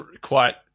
quite-